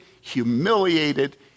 humiliated